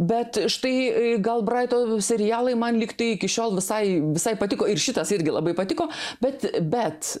bet tai gal braito serialai man lyg tai iki šiol visai visai patiko ir šitas irgi labai patiko bet bet